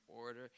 order